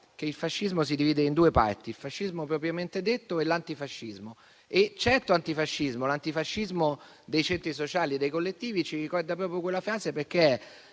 che il fascismo si divide in due parti: il fascismo propriamente detto e l'antifascismo. Certo antifascismo, l'antifascismo dei centri sociali e dei collettivi, ci ricorda proprio quella frase, perché